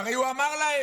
והרי הוא אמר להם: